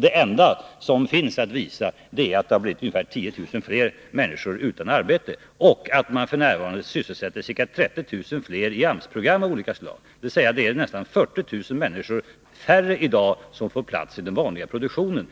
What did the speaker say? Det enda som finns att visa upp är att ca 10 000 fler personer blivit utan arbete och att man nu sysselsätter ca 30 000 fler i AMS-program av olika slag. Det är i dag, med den socialdemokratiska politiken, nästan 40000 färre som får plats i den ordinarie produktionen